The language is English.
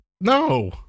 no